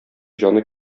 җаны